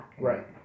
Right